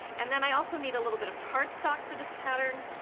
and then i also need a little bit of cardstock for this pattern.